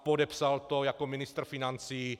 Podepsal to jako ministr financí.